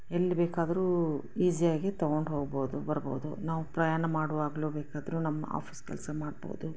ಎಲ್ಲಿ ಬೇಕಾದರೂ ಈಸಿಯಾಗಿ ತೊಗೊಂಡು ಹೋಗ್ಬೋದು ಬರ್ಬೋದು ನಾವು ಪ್ರಯಾಣ ಮಾಡುವಾಗ್ಲು ಬೇಕಾದರೂ ನಮ್ಮ ಆಫೀಸ್ ಕೆಲಸ ಮಾಡ್ಬೋದು